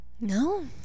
No